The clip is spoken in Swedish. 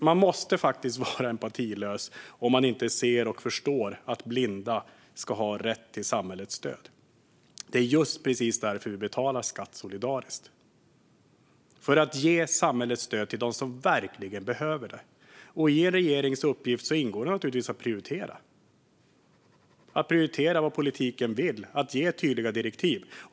Man måste faktiskt vara empatilös om man inte ser och förstår att blinda ska ha rätt till samhällets stöd. Vi betalar solidariskt skatt just för att ge samhällets stöd till dem som verkligen behöver det. I en regerings uppgift ingår naturligtvis att prioritera. Det handlar om vad man vill i politiken och om att ge tydliga direktiv.